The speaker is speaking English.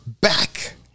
back